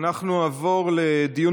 אנחנו נעבור לדיון